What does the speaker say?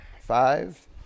Five